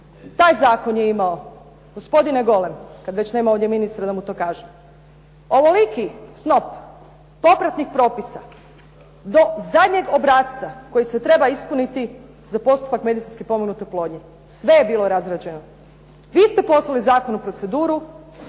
Taj zakon je imao gospodine Golem, kada već nema ministra ovdje da mu kažem, ovoliki snop popratnih propisa do zadnjeg obrasca koji se treba ispuniti za postupak medicinske potpomognute oplodnje. Sve je bilo razrađeno. Vi ste poslali zakon u proceduru